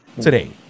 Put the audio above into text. today